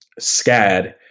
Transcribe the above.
SCAD